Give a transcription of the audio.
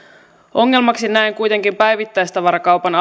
ongelmaksi näen kuitenkin päivittäistavarakaupan